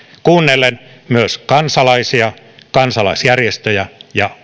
kuunnellen myös kansalaisia kansalaisjärjestöjä ja